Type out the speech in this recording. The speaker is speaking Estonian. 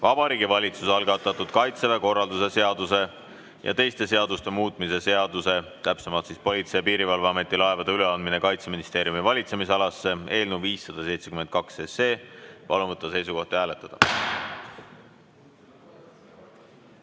Vabariigi Valitsuse algatatud Kaitseväe korralduse seaduse ja teiste seaduste muutmise seaduse (Politsei‑ ja Piirivalveameti laevade üleandmine Kaitseministeeriumi valitsemisalasse) eelnõu 572. Palun võtta seisukoht ja hääletada!